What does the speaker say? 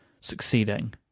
succeeding